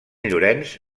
llorenç